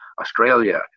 Australia